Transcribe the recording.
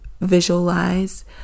visualize